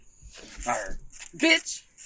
Bitch